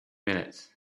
minutes